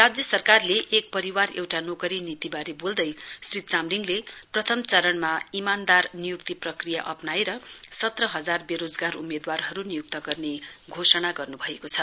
राज्य सरकारको एक परिवार एउटा नोकरी नीतिबारे बोल्दै श्री चामलिङले प्रथम चरणमा इमान्दार नियुक्ति प्रक्रिया अप्नाएर सत्रहजार बेरोजगार उम्मेदवारहरू नियुक्त गर्ने घोषणा गर्न् भएको छ